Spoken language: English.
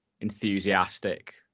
enthusiastic